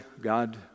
God